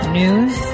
news